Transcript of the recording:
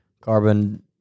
carbon